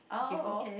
before